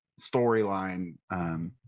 storyline